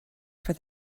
for